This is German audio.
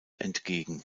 entgegen